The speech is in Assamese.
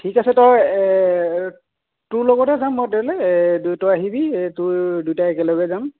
ঠিক আছে তই তোৰ লগতে যাম মই তালৈ দু তই আহিবি তোৰ দুয়োটাই একেলগে যাম